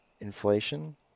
inflation